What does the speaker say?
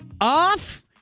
off